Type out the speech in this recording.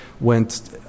Went